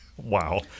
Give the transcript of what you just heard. Wow